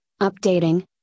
updating